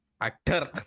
Actor